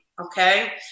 okay